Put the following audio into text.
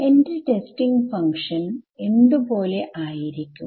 എന്റെ ഫങ്ക്ഷൻ എന്ത് പോലെ ആയിരിക്കും